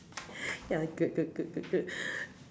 ya good good good good good